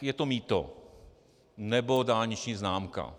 Je to mýto nebo dálniční známka.